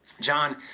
John